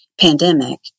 pandemic